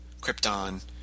Krypton